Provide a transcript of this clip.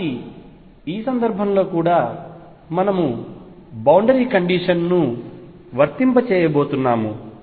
కాబట్టి ఈ సందర్భంలో కూడా మనము బౌండరీ కండిషన్ ని వర్తింపజేయబోతున్నాము